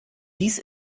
dies